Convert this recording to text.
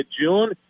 June